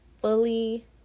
fully